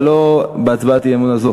אבל לא בהצבעת האי-אמון הזאת.